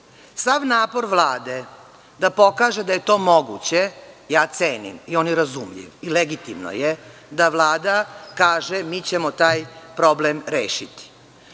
napor Vlade da pokaže da je to moguće ja cenim i on je razumljiv. Legitimno je da Vlada kaže – mi ćemo taj problem rešiti.